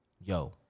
Yo